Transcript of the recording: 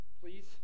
Please